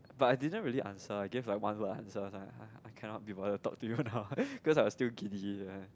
but I didn't really answer I gave like one words answer like !huh! I cannot be bother talk to you now cause I was still giddy uh